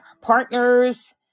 partners